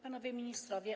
Panowie Ministrowie!